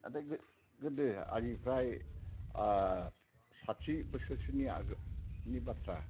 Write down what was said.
दा बे गोदो आलिफ्राय साथि बोसोरसोनि आगोलनि बाथ्रा